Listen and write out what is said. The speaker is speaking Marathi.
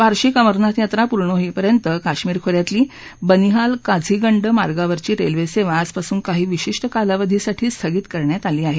वार्षिक अमरनाथ यात्रा पूर्ण होईपर्यंत काश्मीर खोऱ्यातली बनिहाल काझीगंड मार्गावरची रेल्वे सेवा आजपासून काही विशिष्ट कालावधीसाठी स्थगित करण्यात आली आहे